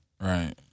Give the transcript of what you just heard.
right